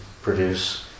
produce